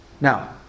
Now